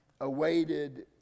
awaited